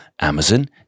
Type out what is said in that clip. Amazon